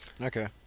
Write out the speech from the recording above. Okay